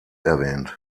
erwähnt